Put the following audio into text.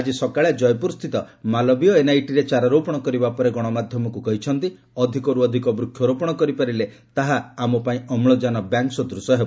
ଆଜି ସକାଳେ ଜୟପୁର ସ୍ଥିତ ମାଲବୀୟ ଏନ୍ଆଇଟିରେ ଚାରାରୋପଣ କରିବା ପରେ ଗଣମାଧ୍ୟମକୁ କହିଛନ୍ତି ଅଧିକର୍ ଅଧିକ ବୃକ୍ଷରୋପଣ କରିପାରିଲେ ତାହା ଆମପାଇଁ ଅମୁଜାନ ବ୍ୟାଙ୍କ୍ ସଦୂଶ ହେବ